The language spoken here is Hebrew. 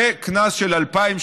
וקנס של 2,000 שקלים,